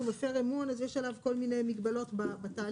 מפר אמון אז יש עלו כל מיני מגבלות בתהליך,